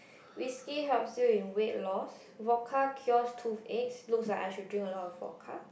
whisky helps you in weight loss vodka cures tooth aches looks like I should drink a lot of vodka